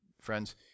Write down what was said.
Friends